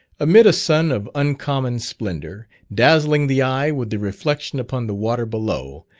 amid a sun of uncommon splendour, dazzling the eye with the reflection upon the water below,